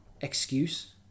excuse